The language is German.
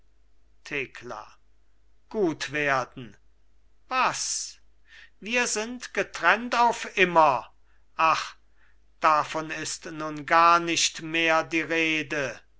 thekla gut werden was wir sind getrennt auf immer ach davon ist nun gar nicht mehr die rede